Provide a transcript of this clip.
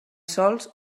sols